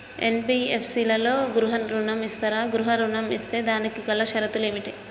NBFC లలో గృహ ఋణం ఇస్తరా? గృహ ఋణం ఇస్తే దానికి గల షరతులు ఏమిటి?